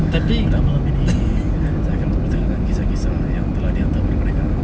pada malam ni saya akan mempersembahkan kisah-kisah yang telah dihantar oleh pendengar